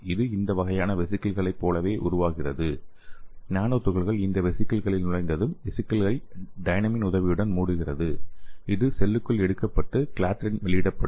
இது இந்த வகையான வெசிகிள்களைப் போல உருவாகிறது நானோ துகள்கள் இந்த வெசிகிளில் நுழைந்ததும் வெசிகிளை டைனமின் உதவியுடன் மூடுகிறது இது செல்லுக்குள் எடுக்கப்பட்டு கிளாத்ரின் வெளியிடப்படும்